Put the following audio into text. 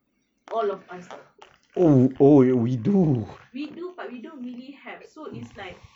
all of us [tau] we do but we don't really have so it's like